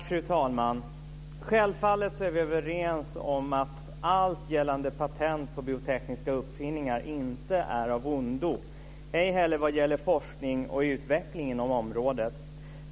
Fru talman! Självfallet är vi överens om att allt gällande patent på biotekniska uppfinningar inte är av ondo - ej heller vad gäller forskning och utveckling på området.